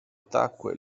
tacque